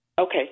Okay